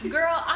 Girl